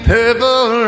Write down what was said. Purple